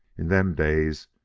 in them days,